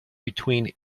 between